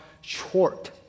short